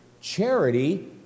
charity